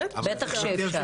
בטח שאפשר.